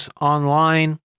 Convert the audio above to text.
online